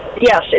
yes